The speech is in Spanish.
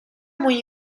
muy